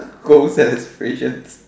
goals and aspirations